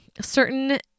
certain